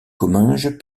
comminges